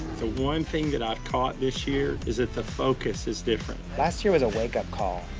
the one thing that i caught this year is that the focus is different. last year was a wake up call,